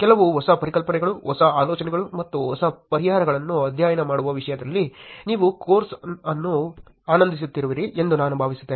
ಕೆಲವು ಹೊಸ ಪರಿಕಲ್ಪನೆಗಳು ಹೊಸ ಆಲೋಚನೆಗಳು ಮತ್ತು ಹೊಸ ಪರಿಹಾರಗಳನ್ನು ಅಧ್ಯಯನ ಮಾಡುವ ವಿಷಯದಲ್ಲಿ ನೀವು ಕೋರ್ಸ್ ಅನ್ನು ಆನಂದಿಸುತ್ತಿರುವಿರಿ ಎಂದು ನಾನು ಭಾವಿಸುತ್ತೇನೆ